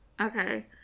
Okay